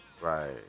right